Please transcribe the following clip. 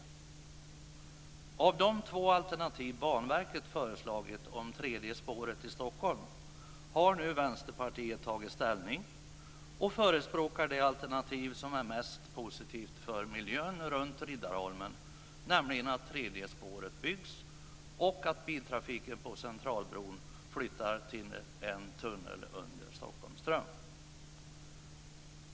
Beträffande de två alternativ som Banverket föreslagit i fråga om tredje spåret i Stockholm har nu Vänsterpartiet tagit ställning och förespråkar det alternativ som är mest positivt för miljön runt Riddarholmen, nämligen att tredje spåret byggs och att biltrafiken på Centralbron flyttar till en tunnel under Stockholms ström.